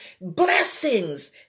blessings